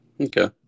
Okay